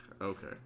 Okay